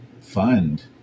fund